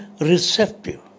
receptive